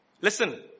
Listen